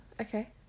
Okay